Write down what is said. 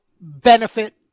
benefit